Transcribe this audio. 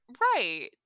right